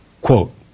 Quote